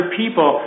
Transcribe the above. people